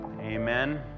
amen